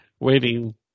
waiting